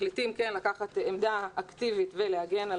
מחליטים לקחת עמדה אקטיבית ולהגן על